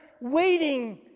waiting